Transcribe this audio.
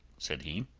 said he.